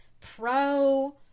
pro